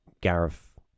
gareth